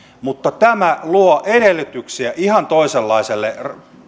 mutta tämä luo edellytyksiä ihan toisenlaiselle